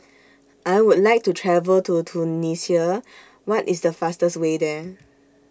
I Would like to travel to Tunisia What IS The fastest Way There